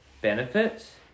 benefits